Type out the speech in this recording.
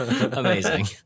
Amazing